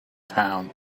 town